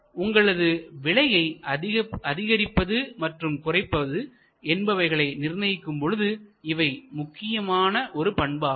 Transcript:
மேலும் உங்களது விலையை அதிகரிப்பது மற்றும் குறைப்பது என்பவைகளை நிர்ணயிக்கும் பொழுது இவை முக்கியமான ஒரு பண்பு ஆகும்